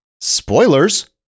Spoilers